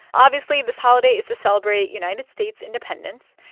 obviously, this holiday is to celebrate united states' independence.